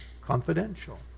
confidential